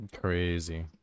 Crazy